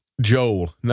Joel